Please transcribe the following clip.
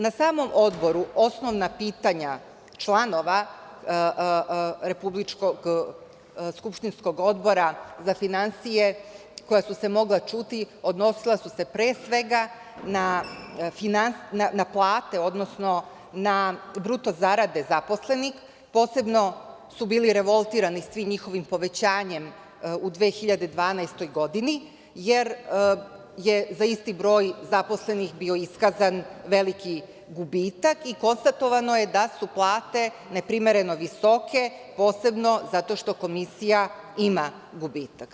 Na samom odboru osnovna pitanja članova Odbora za finansije, koja su se mogla čuti, odnosila su se pre svega na plate, odnosno na bruto zarade zaposlenih, posebno su bili revoltirani svim njihovim povećanjem u 2012. godini, jer je za isti broj zaposlenih bio iskazan veliki gubitak i konstatovano je da su plate neprimereno visoke, posebno zato što komisija ima gubitak.